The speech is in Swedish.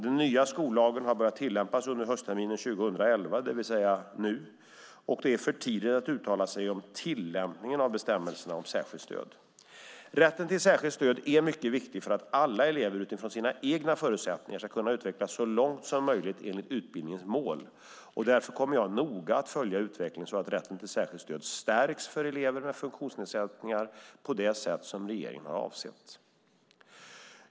Den nya skollagen har börjat tillämpas under höstterminen 2011, det vill säga nu, och det är för tidigt att uttala sig om tillämpningen av bestämmelserna om särskilt stöd. Rätten till särskilt stöd är mycket viktig för att alla elever, utifrån sina egna förutsättningar, ska kunna utvecklas så långt som möjligt enligt utbildningens mål. Därför kommer jag noga att följa utvecklingen så att rätten till särskilt stöd stärks för elever med funktionsnedsättningar på det sätt som regeringen har avsett.